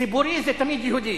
ציבורי זה תמיד יהודי.